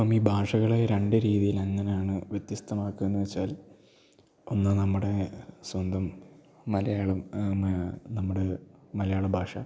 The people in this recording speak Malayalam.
അപ്പം ഈ ഭാഷകൾ രണ്ട് രീതീലെങ്ങനാണ് വ്യത്യസ്തമാക്കുക എന്ന് വെച്ചാൽ ഒന്ന് നമ്മുടെ സ്വന്തം മലയാളം നമ്മുടെ മലയാള ഭാഷ